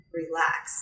relax